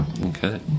Okay